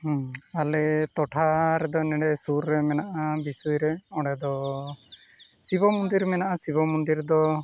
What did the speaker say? ᱦᱮᱸ ᱟᱞᱮ ᱴᱚᱴᱷᱟ ᱨᱮᱫᱚ ᱱᱚᱰᱮ ᱥᱩᱨ ᱨᱮ ᱢᱮᱱᱟᱜᱼᱟ ᱵᱤᱥᱚᱭ ᱨᱮ ᱚᱸᱰᱮ ᱫᱚ ᱥᱤᱵᱚ ᱢᱚᱱᱫᱤᱨ ᱢᱮᱱᱟᱜᱼᱟ ᱥᱤᱵᱚ ᱢᱚᱱᱫᱤᱨ ᱫᱚ